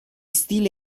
stile